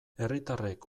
herritarrek